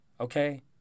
okay